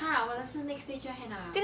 !huh! 我的是 next day 就要 hand up liao